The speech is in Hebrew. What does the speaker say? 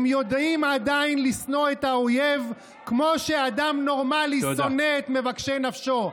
הם יודעים עדיין לשנוא את האויב כמו שאדם נורמלי שונא את מבקשי נפשו.